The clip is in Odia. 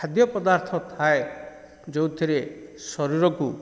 ଖାଦ୍ୟ ପଦାର୍ଥ ଥାଏ ଯେଉଁଥିରେ ଶରୀରକୁ